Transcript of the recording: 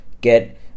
get